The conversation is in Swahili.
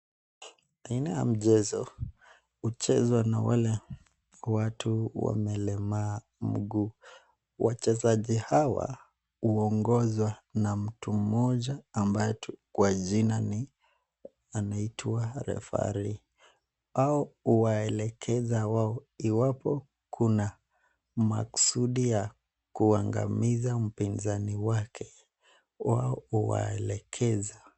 Aina ya mchezo, uchezwa na wale watu wamelemaa mguu. Wachezaji hawa huongozwa na mtu mmoja ambaye kwa jina ni, anaitwa [Referee]. Hao huwaelekeza wao iwapo kuna makusudi ya kuangamiza mpinzani wake. Wao huwaelekeza.